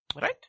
Right